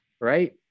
right